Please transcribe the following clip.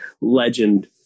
legend